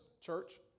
church